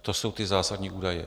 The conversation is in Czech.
To jsou ty zásadní údaje.